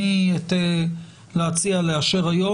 רואים נטייה לקיים את מה שאמר משרד הבריאות.